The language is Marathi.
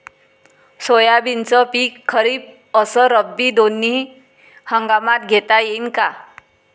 सोयाबीनचं पिक खरीप अस रब्बी दोनी हंगामात घेता येईन का?